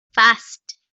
fast